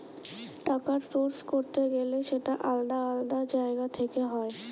টাকার সোর্স করতে গেলে সেটা আলাদা আলাদা জায়গা থেকে হয়